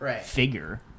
figure